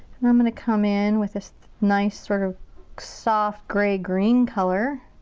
i'm gonna come in with this nice, sort of soft, gray-green color.